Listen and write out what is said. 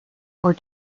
were